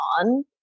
on